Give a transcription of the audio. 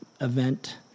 event